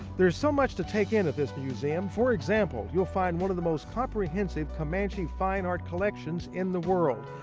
there's so much to take in at this museum. for example, you'll find one of the most comprehensive comanche fine art collections in the world.